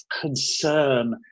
concern